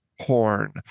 porn